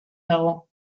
dago